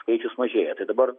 skaičius mažėja tai dabar